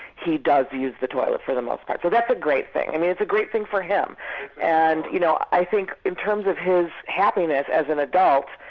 he does use the toilet for the most part. so that's a great thing, and it's a great thing for him and you know i think in terms of his happiness as an adult,